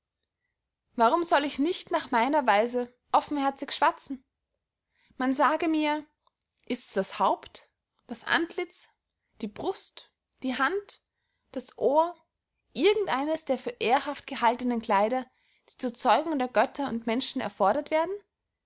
warum soll ich nicht nach meiner weise offenherzig schwatzen man sage mir ists das haupt das antlitz die brust die hand das ohr irgend eines der für ehrhaft gehaltenen kleider die zur zeugung der götter und menschen erfordert werden